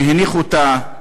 שהניח אותה,